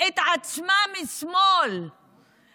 את עצמם שמאל,